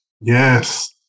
Yes